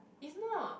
is not